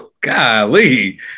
Golly